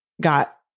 got